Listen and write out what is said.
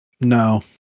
No